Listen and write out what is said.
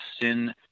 sin